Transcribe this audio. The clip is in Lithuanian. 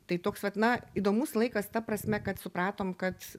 tai toks vat na įdomus laikas ta prasme kad supratom kad